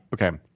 okay